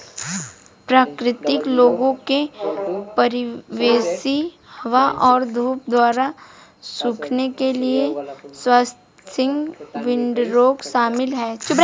प्राकृतिक लोगों के परिवेशी हवा और धूप द्वारा सूखने के लिए स्वाथिंग विंडरोइंग शामिल है